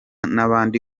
n’abandi